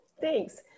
thanks